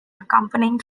accompanying